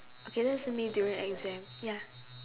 okay that's me during exam ya